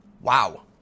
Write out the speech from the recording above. Wow